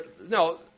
no